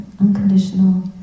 unconditional